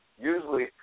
usually